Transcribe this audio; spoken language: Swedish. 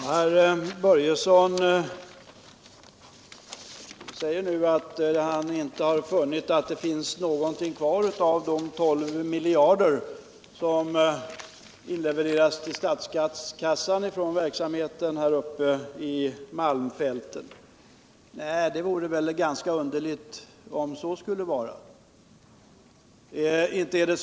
Herr talman! Herr Börjesson säger nu att han inte har funnit att någonting är kvar av de 12 miljarder som inlevererats till statskassan från verksamheten uppe i malmfälten. Nej, det vore väl ganska underligt om så skulle vara fallet!